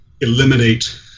eliminate